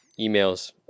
emails